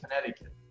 Connecticut